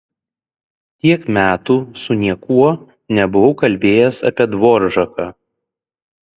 tiek metų su niekuo nebuvau kalbėjęs apie dvoržaką